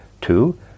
Two